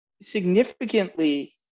significantly